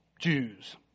Jews